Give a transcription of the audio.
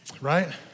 Right